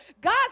God